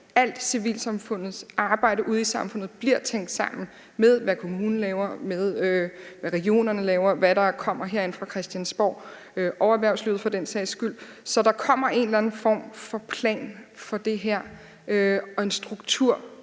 alt civilsamfundets arbejde ude i samfundet bliver tænkt sammen med, hvad kommunen laver, med hvad regionerne laver, hvad der kommer herinde fra Christiansborg og erhvervslivet for den sags skyld, så der kommer en eller anden form for plan for det her og en struktur